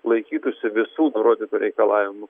laikytųsi visų nurodytų reikalavimų